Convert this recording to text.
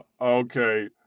Okay